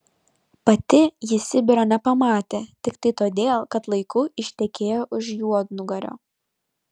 pati ji sibiro nepamatė tiktai todėl kad laiku ištekėjo už juodnugario